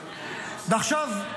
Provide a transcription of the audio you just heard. עכשיו,